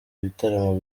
ibitaramo